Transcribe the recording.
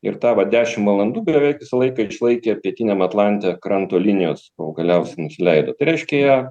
ir tą va dešim valandų beveik visą laiką ir išlaikė pietiniam atlante kranto linijos kol galiausiai nusileido tai reiškia jie